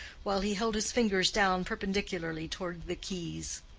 while he held his fingers down perpendicularly toward the keys.